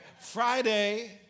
Friday